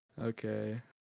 Okay